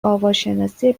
آواشناسی